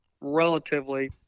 relatively